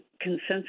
consensus